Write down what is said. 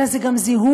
אלא זה גם זיהום,